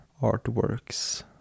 Artworks